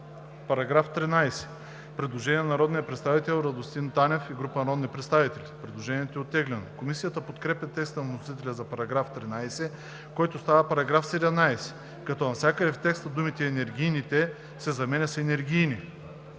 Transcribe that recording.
По § 13 има предложение на народния представител Радостин Танев и група народни представители. Предложението е оттеглено. Комисията подкрепя текста на вносителя за § 13, който става § 17, като навсякъде в текста думата „енергийните“ се заменя с „енергийни“.